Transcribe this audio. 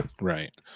Right